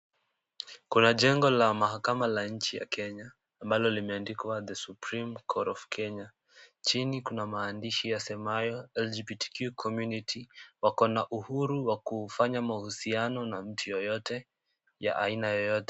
Kuna jengo la mahakama la nchi ya Kenya, ambalo li meandikwa The Supreme Court of Kenya. Chini kuna maandishi yasemayo, LGBTQ community, wako na uhuru wakufanya mahusiano na mtu yeyote ya aina yoyote.